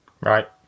Right